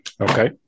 Okay